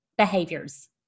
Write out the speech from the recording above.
behaviors